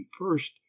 first